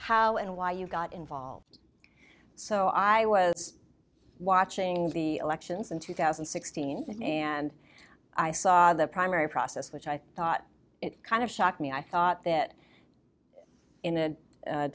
how and why you got involved so i was watching the elections in two thousand and sixteen and i saw the primary process which i thought kind of shocked me i thought that in a